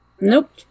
Nope